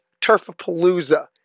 Turfapalooza